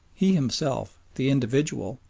he himself, the individual,